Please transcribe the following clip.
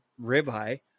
ribeye